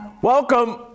Welcome